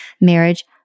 Marriage